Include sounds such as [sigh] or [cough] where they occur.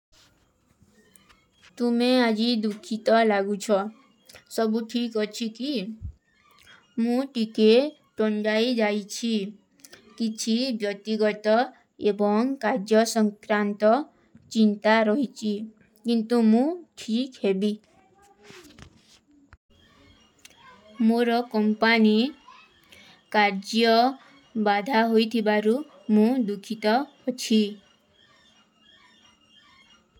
[noise] ତୁମେଂ ଆଜୀ ଦୁଖୀତା ଲାଗୂଁଛୋ, ସବୂ ଠୀକ ଅଚ୍ଛୀ କୀ। ମୂ ତିତେ ତୋଂଜାଈ ଜାଈଚ୍ଛୀ, କିଛୀ ବ୍ଯୋତିଗତ ଏବଂ କାଜ୍ଯ ସଂକ୍ରାଂତ ଚିଂତା ରହିଚୀ, କିଂଟୋ ମୂ ଠୀକ ହେଭୀ। ମୂରୋ କଂପାନୀ କାଜ୍ଯ ବାଦା ହୋଈଥୀ ବାରୂ ମୂ ଦୁଖୀତା ଅଚ୍ଛୀ।